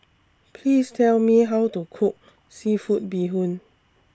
Please Tell Me How to Cook Seafood Bee Hoon